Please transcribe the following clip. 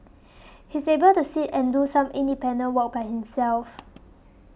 he's able to sit and do some independent work by himself